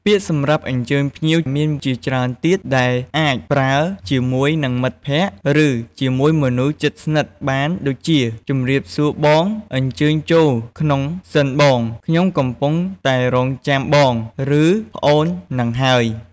ពាក្យសម្រាប់អញ្ជើញមានជាច្រើនទៀត ដែលអាចប្រើជាមួយនឹងមិត្តភក្តិ ឬជាមួយមនុស្សជិតស្និតបាន ដូចជា ជម្រាបសួរបង អញ្ជើញចូលក្នុងសិនបង! ខ្ញុំកំពុងតែរង់ចាំបង ឬប្អូនហ្នឹងហើយ!។